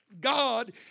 God